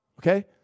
Okay